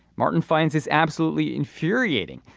martin finds is absolutely infuriating.